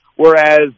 Whereas